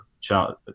child